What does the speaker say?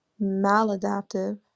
maladaptive